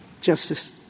Justice